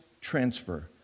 transfer